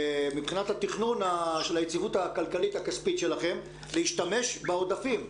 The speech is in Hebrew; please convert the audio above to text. מבחינת התכנון של היציבות הכלכלית הכספית שלכם להשתמש בעודפים?